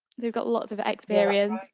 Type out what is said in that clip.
they've got lots of experience.